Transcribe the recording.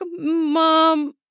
mom